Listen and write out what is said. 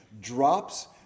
drops